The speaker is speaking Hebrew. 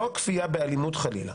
לא הכפייה באלימות חלילה.